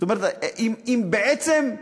זאת אומרת, בעצם,